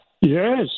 yes